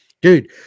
Dude